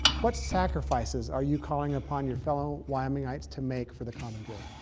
what sacrifices are you calling upon your fellow wyomingites to make for the common good?